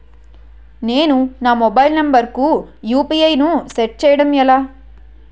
నేను నా mobile number కుయు.పి.ఐ ను సెట్ చేయడం ఎలా?